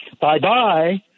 Bye-bye